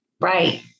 Right